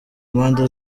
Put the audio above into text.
mpande